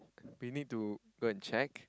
we need to go and check